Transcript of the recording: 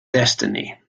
destiny